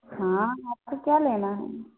हाँ आपको क्या लेना है